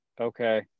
Okay